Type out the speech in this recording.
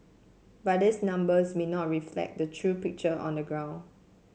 but these numbers may not reflect the true picture on the ground